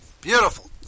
beautiful